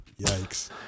Yikes